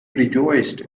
rejoiced